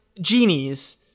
genies